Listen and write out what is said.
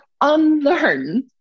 unlearn